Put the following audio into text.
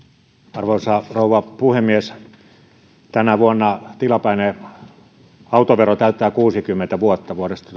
arvoisa rouva puhemies tänä vuonna tilapäinen autovero täyttää kuusikymmentä vuotta vuodesta